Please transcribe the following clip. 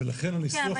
כן,